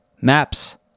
maps